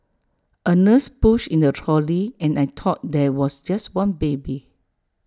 A nurse pushed in A trolley and I thought there was just one baby